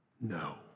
No